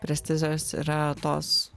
prestizas yra tos